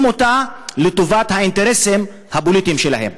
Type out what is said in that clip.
אותה לטובת האינטרסים הפוליטיים שלהם.